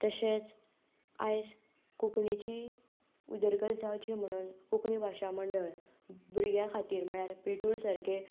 तशेंच आयज कोंकणीची उदरगत जावची म्हणून कोंकणी भाशा मंडळ भुरग्यां खातीर म्हणल्यार पेटूल सारके